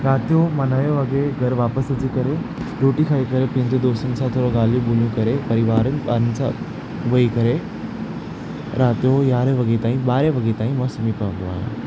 राति जो मां नवे वॻे घरु वापिस अची करे रोटी खाई करे पंहिंजे दोस्तनि सां थोरो ॻाल्हियूं ॿोलियूं करे परिवारनि ॿारनि सां वेही करे राति जो यारहें वॻे ताईं ॿारहें वॻे ताईं मां सुम्ही पवंदो आहियां